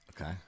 Okay